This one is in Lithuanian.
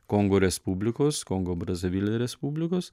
kongo respublikos kongo brazavili respublikos